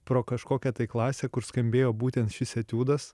pro kažkokią tai klasę kur skambėjo būtent šis etiudas